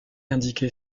indiqués